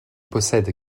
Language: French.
possède